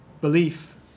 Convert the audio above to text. belief